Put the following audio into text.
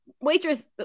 waitress